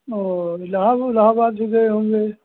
और इलहा उल्हाबाद भी गए होंगे